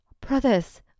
Brothers